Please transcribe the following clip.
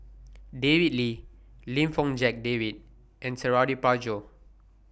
David Lee Lim Fong Jock David and Suradi Parjo